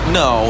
no